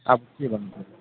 अब के भन्नु मैले